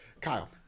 Kyle